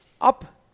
up